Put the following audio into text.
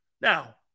Now